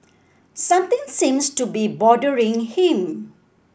something seems to be bothering him